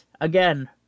again